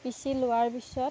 পিছি লোৱাৰ পিছত